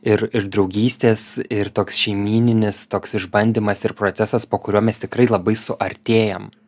ir ir draugystės ir toks šeimyninis toks išbandymas ir procesas po kurio mes tikrai labai suartėjam